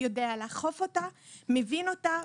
יודע לאכוף אותה ומבין אותה.